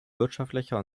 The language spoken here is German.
wirtschaftlicher